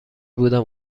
بودم